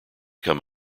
come